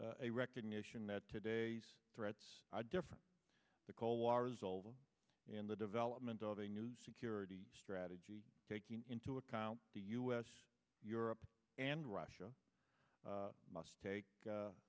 a recognition that today's threats are different the cold war's over and the development of a new security strategy taking into account the u s europe and russia must take